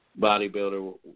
bodybuilder